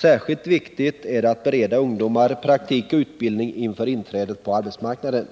Särskilt viktigt är att bereda ungdomar praktik och utbildning inför inträdet på arbetsmarknaden.